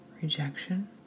rejection